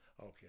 Okay